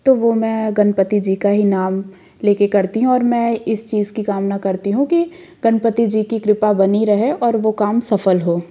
तो वो मैं गणपति जी का ही नाम लेके करती हूँ और मैं इस चीज की कामना करती हूँ कि गणपति जी कि कृपा बनी रहे और वो काम सफल हो